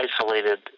isolated